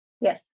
Yes